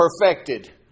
perfected